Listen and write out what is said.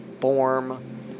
form